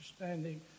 understanding